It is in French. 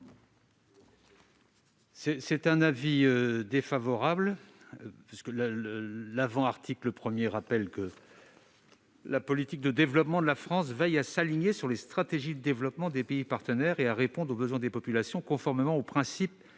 est l'avis du Gouvernement ? L'article 1 A rappelle que la politique de développement de la France « veille à s'aligner sur les stratégies de développement des pays partenaires et à répondre aux besoins des populations », conformément au principe